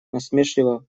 насмешливо